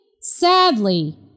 sadly